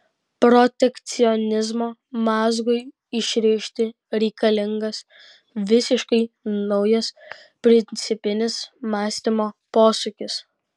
protekcionizmo mazgui išrišti reikalingas visiškai naujas principinis mąstymo posūkis